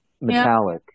metallic